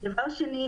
דבר שני,